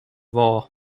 waugh